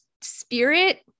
spirit